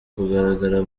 kugaragara